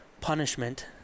punishment